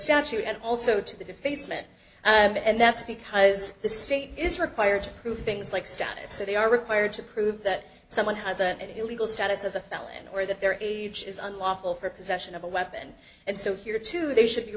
statute and also to the defacement and that's because the state is required to prove things like status so they are required to prove that someone has an illegal status as a felon or that their age is unlawful for possession of a weapon and so here too they should be